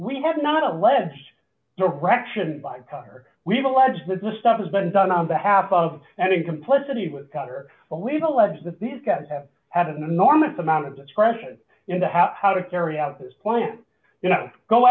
we have not alleged direction by her we've alleged that the stuff has been done on behalf of and in complicity with connor well we've alleged that these guys have had an enormous amount of discretion in the how to carry out this point you know go